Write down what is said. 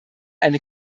eine